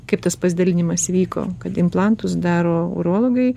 kaip tas pasidalinimas įvyko kad implantus daro urologai